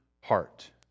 heart